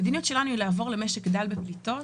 המדיניות שלנו היא לעבור למשק דל בפליטות,